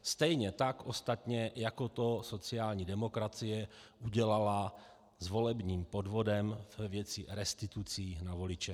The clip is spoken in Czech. Stejně tak ostatně, jako to sociální demokracie udělala s volebním podvodem ve věci restitucí na voliče.